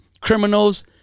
criminals